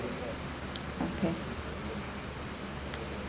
okay